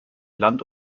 land